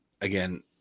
again